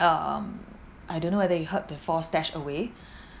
um I don't know whether you heard before StashAway